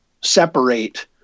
separate